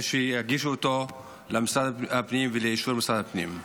שיגישו אותו למשרד הפנים ולאישור משרד הפנים.